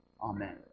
Amen